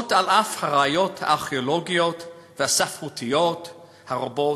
על אף הראיות הארכיאולוגיות והספרותיות הרבות,